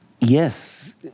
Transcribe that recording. Yes